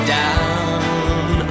down